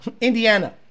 Indiana